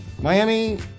Miami